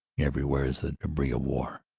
every where is the debris of war,